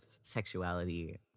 sexuality